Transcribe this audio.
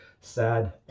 sad